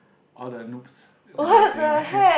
all the noobs when they're playing there